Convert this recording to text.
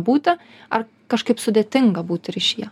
būti ar kažkaip sudėtinga būti ryšyje